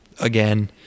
again